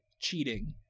cheating